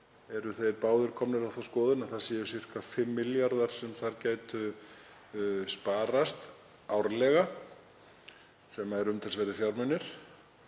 eru þeir báðir komnir á þá skoðun að það séu um 5 milljarðar sem þar gætu sparast árlega, sem eru umtalsverðir fjármunir.